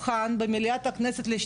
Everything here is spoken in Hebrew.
כול עיר ועיר בארץ.